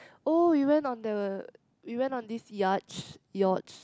oh we went on the we went on this yacht yacht